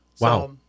Wow